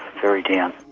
very down.